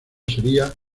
sería